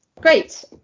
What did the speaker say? great